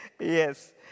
Yes